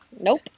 Nope